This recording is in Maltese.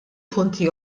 punti